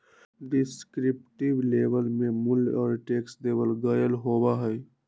descriptive label में मूल्य और टैक्स देवल गयल होबा हई